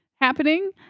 happening